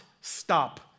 stop